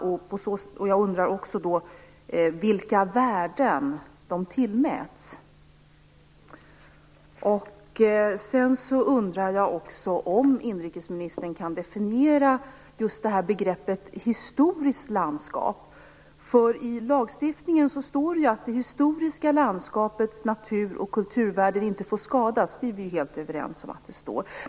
Vidare undrar jag vilka värden de tillmäts. Kan inrikesministern definiera just begreppet historiskt landskap? I lagstiftningen står det att det historiska landskapets natur och kulturvärden inte får skadas. Vi är helt överens om att det står så.